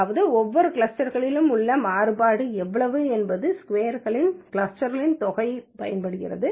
அதாவது இந்த ஒவ்வொரு கிளஸ்டர்க்களிலும் உள்ள மாறுபாடு எவ்வளவு என்பது ஸ்கொயர்களின் கிளஸ்டர்த் தொகை பயன்படுகிறது